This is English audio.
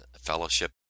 fellowship